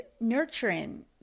nurturing